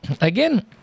again